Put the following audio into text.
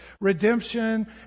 redemption